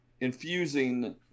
infusing